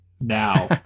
now